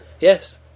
yes